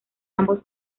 ambos